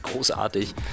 Großartig